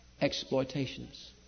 Exploitations